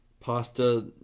Pasta